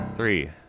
Three